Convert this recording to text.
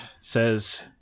says